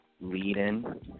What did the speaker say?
lead-in